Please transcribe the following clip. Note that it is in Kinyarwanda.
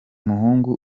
muhungu